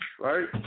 Right